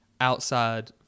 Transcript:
outside